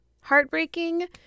heartbreaking